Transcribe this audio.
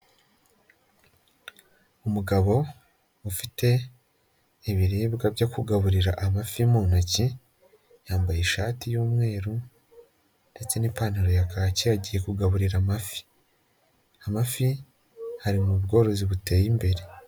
Umugabo ufite ibiribwa byo kugaburira amafi mu ntoki, yambaye ishati y'umweru ndetse n'ipantaro ya kake agiye kugaburira amafi. Amafi ari mu bworozi buteye imbere.